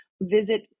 visit